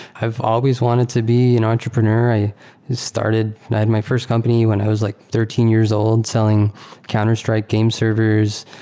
i've always wanted to be an entrepreneur. i started my first company when i was like thirteen years old selling counterstrike game servers.